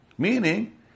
Meaning